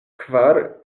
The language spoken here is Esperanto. kvar